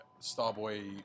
Starboy